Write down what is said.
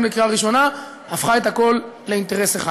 לקריאה ראשונה הפכה את הכול לאינטרס אחד.